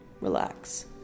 relax